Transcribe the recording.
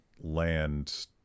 land